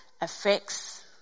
affects